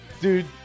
Dude